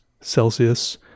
Celsius